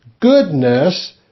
goodness